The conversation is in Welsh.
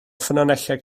ffynonellau